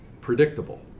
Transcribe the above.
predictable